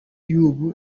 y’ubu